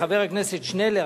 חבר הכנסת שנלר,